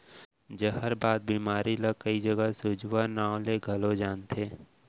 जहरबाद बेमारी ल कइ डहर सूजवा नांव ले घलौ जानथें